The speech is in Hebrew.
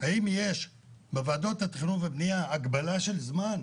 אם יש בוועדות התכנון והבניה הגבלה של זמן,